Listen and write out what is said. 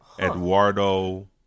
Eduardo